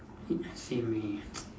same eh